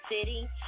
city